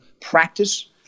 practice